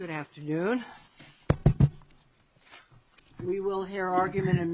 good afternoon we will hear argument